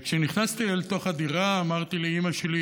כשנכנסתי אל תוך הדירה אמרתי לאימא שלי: